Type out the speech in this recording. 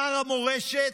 שר המורשת,